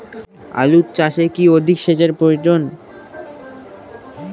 আলু চাষে কি অধিক সেচের প্রয়োজন?